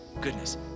goodness